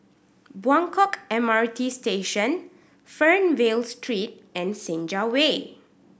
Buangkok M R T Station Fernvale Street and Senja Way